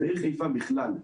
את העיר חיפה בכלל,